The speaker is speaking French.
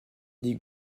des